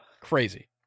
Crazy